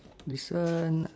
this one